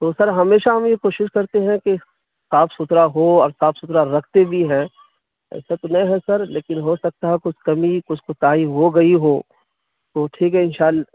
تو سر ہمیشہ ہم یہ کوشش کرتے ہیں کہ صاف ستھرا ہو اور صاف ستھرا رکھتے بھی ہیں ایسا تو نہیں ہے سر لیکن ہو سکتا ہے کچھ کمی کچھ کوتاہی ہو گئی ہو تو ٹھیک ہے ان شاء